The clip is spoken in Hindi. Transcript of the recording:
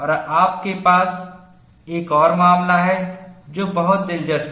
और आपके पास एक और मामला है जो बहुत दिलचस्प है